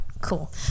Cool